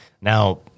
Now